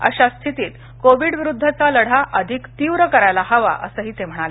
अशा स्थितीत कोविड विरुद्धचा लढा अधिक तीव्र करायला हवा असं ते म्हणाले